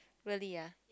really ah